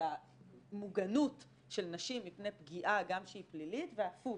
על המוגנות של נשים מפני פגיעה גם שהיא פלילית והפוך